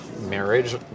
marriage